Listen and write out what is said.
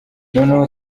noneho